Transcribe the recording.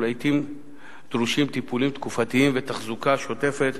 ולעתים דרושים טיפולים תקופתיים ותחזוקה שוטפת.